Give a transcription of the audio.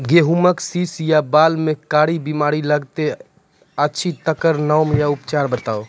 गेहूँमक शीश या बाल म कारी बीमारी लागतै अछि तकर नाम आ उपचार बताउ?